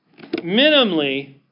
minimally